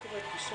זה דיון אחר.